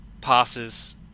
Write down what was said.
passes